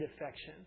affection